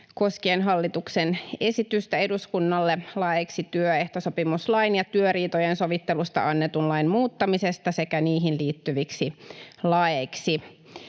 koskien hallituksen esitystä eduskunnalle laeiksi työehtosopimuslain ja työriitojen sovittelusta annetun lain muuttamisesta sekä niihin liittyviksi laeiksi.